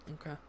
Okay